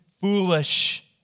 foolish